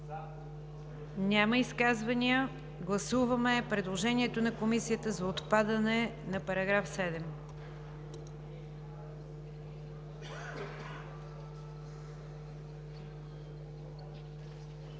Няма изказвания. Гласуваме предложението на Комисията за отпадане на § 7.